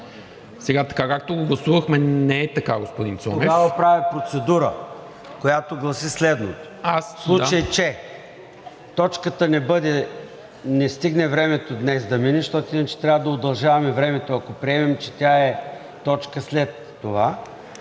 Тогава правя процедура, която гласи следното: в случай че за точката не стигне времето днес, да мине, защото иначе трябва да удължаваме времето, ако приемем, че тя е точка след това